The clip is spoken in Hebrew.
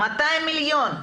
200 מיליון,